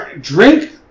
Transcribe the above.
drink